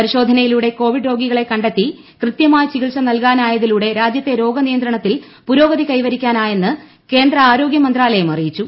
പരിശോധനയിലൂടെ കോവിഡ് രോഗികളെ കണ്ടെത്തി കൃത്യമായ ചികിൽസ നൽകാനായതിലൂടെ രാജ്യത്തെ രോഗനിയന്ത്രണത്തിൽ പുരോഗതി കൈവരിക്കാനായെന്ന് കേന്ദ്ര ആരോഗ്യമന്ത്രാലയം അറിയിച്ചു